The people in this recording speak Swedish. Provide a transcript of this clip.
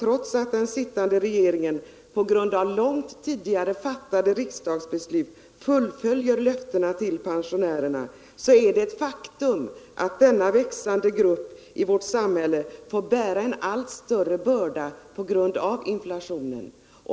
Trots att den sittande regeringen på grund av långt tidigare fattade riksdagsbeslut fullföljer löftena till pensionärerna är det ett faktum att denna växande grupp i vårt samhälle får bära en allt större börda på grund av inflationen.